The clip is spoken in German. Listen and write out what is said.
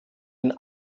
den